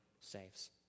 saves